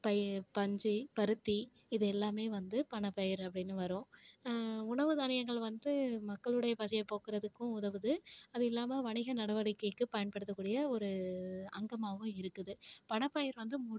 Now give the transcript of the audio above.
பயி பஞ்சி பருத்தி இது எல்லாமே வந்து பணப்பயிர் அப்டினு வரும் உணவு தானியங்கள் வந்து மக்களுடைய பசிய போக்குறதுக்கும் உதவுது அது இல்லாமல் வணிக நடவடிக்கைக்கு பயன்படுத்த கூடிய ஒரு அங்கமாகவும் இருக்குது பணப்பயிர் வந்து